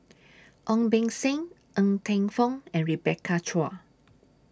Ong Beng Seng Ng Teng Fong and Rebecca Chua